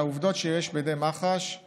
העובדות שיש בידי מח"ש הן